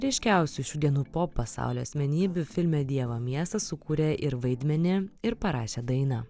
ryškiausių šių dienų pop pasaulio asmenybių filme dievo miestas sukūrė ir vaidmenį ir parašė dainą